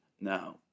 now